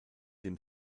dem